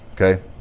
okay